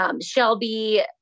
Shelby